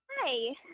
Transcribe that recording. Hi